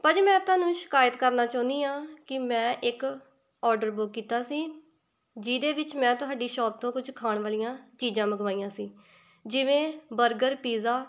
ਭਾਅ ਜੀ ਮੈਂ ਤੁਹਾਨੂੰ ਸ਼ਿਕਾਇਤ ਕਰਨਾ ਚਾਹੁੰਦੀ ਹਾਂ ਕਿ ਮੈਂ ਇੱਕ ਔਡਰ ਬੁੱਕ ਕੀਤਾ ਸੀ ਜਿਹਦੇ ਵਿੱਚ ਮੈਂ ਤੁਹਾਡੀ ਸ਼ੋਪ ਤੋਂ ਕੁਛ ਖਾਣ ਵਾਲੀਆਂ ਚੀਜ਼ਾਂ ਮੰਗਵਾਈਆਂ ਸੀ ਜਿਵੇਂ ਬਰਗਰ ਪੀਜ਼ਾ